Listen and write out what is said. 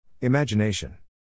Imagination